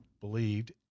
believed